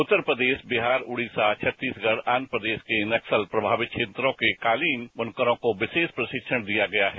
उत्तर प्रदेश बिहार ओडिशा छत्तीसगढ़ आंध प्रदेश के नक्सल प्रभावित क्षेत्रों के कालीन बनुकरों को विशेष प्रशिक्षण दिया गया है